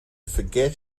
forget